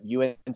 UNC